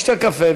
ישתה קפה,